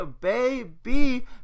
baby